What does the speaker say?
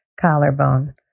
Collarbone